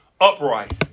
upright